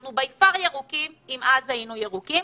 אנחנו by far ירוקים אם אז היינו ירוקים,